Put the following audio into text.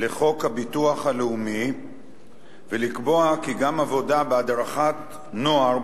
לחוק הביטוח הלאומי ולקבוע כי עבודה בהדרכת נוער,